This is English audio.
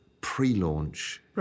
pre-launch